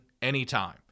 anytime